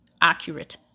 accurate